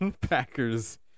Packers